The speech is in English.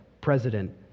President